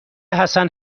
حسن